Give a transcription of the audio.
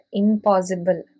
impossible